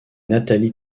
nathalie